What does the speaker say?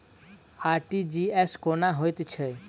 RTGS कोना होइत छै?